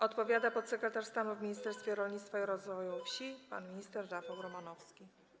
Odpowiada podsekretarz stanu w Ministerstwie Rolnictwa i Rozwoju Wsi pan minister Rafał Romanowski.